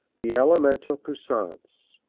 the elemental puissance.